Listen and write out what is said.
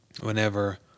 whenever